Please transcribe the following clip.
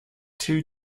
two